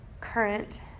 current